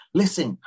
listen